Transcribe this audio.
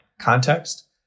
context